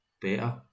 better